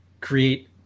create